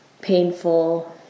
painful